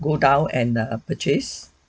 go down and err purchase